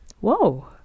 Whoa